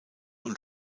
und